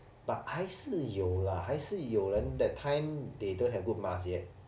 but 还是有 lah 还是有人 that time they don't have good mask yet